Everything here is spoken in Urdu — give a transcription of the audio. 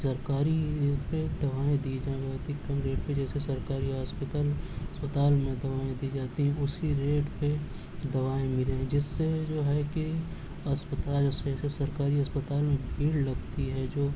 سرکاری ریٹ پہ دوائیں دی جائیں بہت ہی کم ریٹ پہ جیسے سرکاری اسپتال اسپتال میں دوائیں دی جاتی ہیں اسی ریٹ پہ دوائیں ملیں جس سے جو ہے کہ اسپتال سے سرکاری اسپتال میں بھیڑ لگتی ہے جو